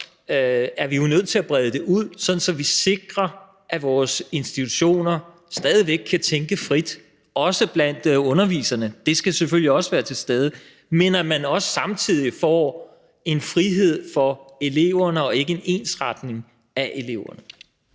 er vi jo nødt til at brede det ud, sådan at vi sikrer, at vores institutioner stadig væk kan tænke frit – også blandt underviserne. Det skal selvfølgelig også være til stede der, samtidig med at man også giver en frihed til eleverne og ikke ensretter dem.